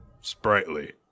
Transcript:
sprightly